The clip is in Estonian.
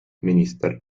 minister